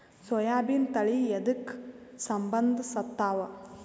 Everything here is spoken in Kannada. ಸೋಯಾಬಿನ ತಳಿ ಎದಕ ಸಂಭಂದಸತ್ತಾವ?